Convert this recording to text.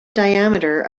diameter